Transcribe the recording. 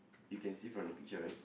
you can see from the picture right